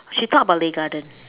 she talk about Lei Garden